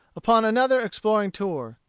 upon another exploring tour.